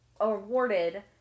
awarded